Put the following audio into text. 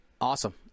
Awesome